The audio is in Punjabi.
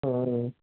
ਹਾਂ